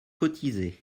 cotisé